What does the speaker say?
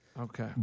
Okay